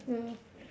ya